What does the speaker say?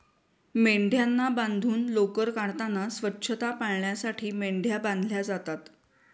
मेंढ्यांना बांधून लोकर काढताना स्वच्छता पाळण्यासाठी मेंढ्या बांधल्या जातात